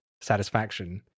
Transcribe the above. satisfaction